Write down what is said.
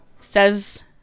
says